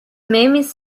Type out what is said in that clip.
memes